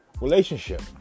relationship